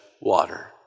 water